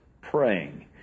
praying